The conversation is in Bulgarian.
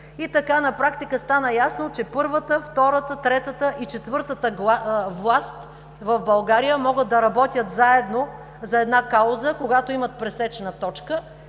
и на практика стана ясно, че първата, втората, третата и четвъртата власт в България могат да работят заедно за една кауза, когато имат пресечна точка.